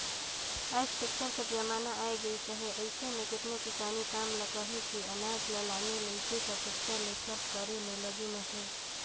आएज टेक्टर कर जमाना आए गइस अहे अइसे में केतनो किसानी काम ल कहे कि अनाज ल लाने लेइजे कर टेक्टर ले सब करे में लगिन अहें